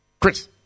Chris